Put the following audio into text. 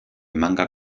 manga